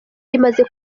imaze